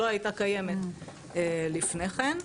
שלא הייתה קיימת לפני כן.